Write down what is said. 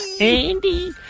Andy